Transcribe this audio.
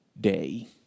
day